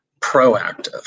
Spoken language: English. proactive